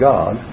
God